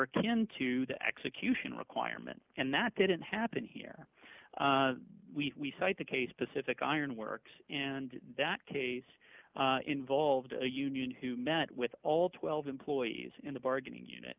akin to the execution requirement and that didn't happen here we cite the case pacific ironworks and that case involved a union who met with all twelve employees in the bargaining unit